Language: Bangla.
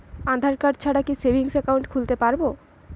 আধারকার্ড ছাড়া কি সেভিংস একাউন্ট খুলতে পারব?